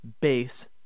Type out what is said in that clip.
base